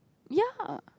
ya